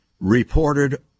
reported